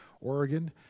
Oregon